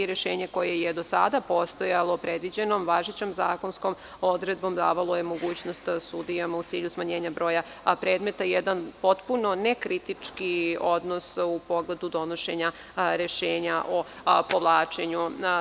Rešenje koje je do sada postojalo predviđeno važećom zakonskom odredbom davalo je mogućnost sudijama, u cilju smanjenja broja predmeta, jedan potpuno nekritički odnos u pogledu donošenja rešenja o povlačenju.